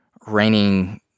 raining